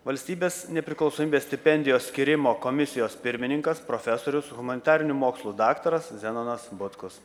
valstybės nepriklausomybės stipendijos skyrimo komisijos pirmininkas profesorius humanitarinių mokslų daktaras zenonas butkus